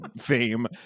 fame